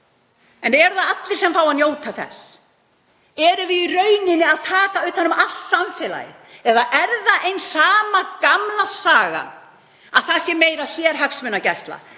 En fá allir að njóta þess? Erum við í rauninni að taka utan um allt samfélagið eða er það sama gamla sagan, að það er meira sérhagsmunagæsla?